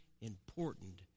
important